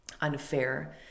unfair